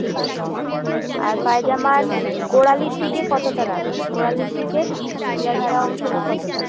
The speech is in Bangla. ঠিক আছে আর পায়জামার গোড়ালির দিকে কতটা রাখব গোড়ালির দিকের ঢিলেঢালা অংশটা কতটা